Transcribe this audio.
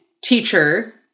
teacher